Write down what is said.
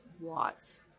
watts